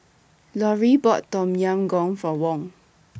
Lauri bought Tom Yam Goong For Wong